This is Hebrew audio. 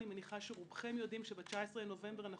אני מניחה שרובכם יודעים שב-19 בנובמבר אנחנו